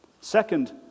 second